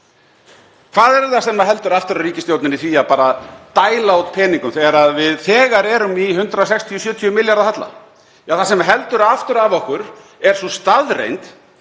Hvað er það sem heldur aftur af ríkisstjórninni í því að dæla bara út peningum þegar við erum þegar í 160–170 milljarða halla? Það sem heldur aftur af okkur er sú staðreynd